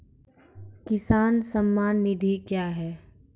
किसान सम्मान निधि क्या हैं?